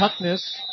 Tuckness